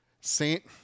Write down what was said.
Saint